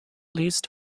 least